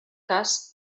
cas